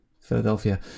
Philadelphia